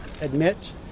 admit